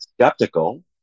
skeptical